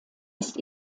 ist